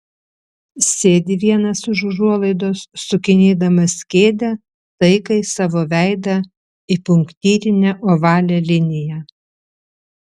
sėdi vienas už užuolaidos sukinėdamas kėdę taikai savo veidą į punktyrinę ovalią liniją